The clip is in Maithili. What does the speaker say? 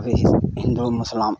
कहै हिन्दू मुसलमान